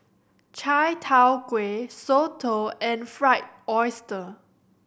Chai Tow Kuay Soto and Fried Oyster